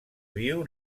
view